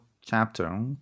chapter